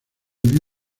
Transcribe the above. mismo